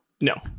No